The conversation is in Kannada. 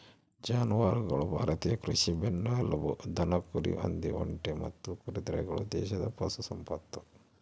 ಜಾನುವಾರುಗಳು ಭಾರತೀಯ ಕೃಷಿಯ ಬೆನ್ನೆಲುಬು ದನ ಕುರಿ ಹಂದಿ ಒಂಟೆ ಮತ್ತು ಕುದುರೆಗಳು ದೇಶದ ಪಶು ಸಂಪತ್ತು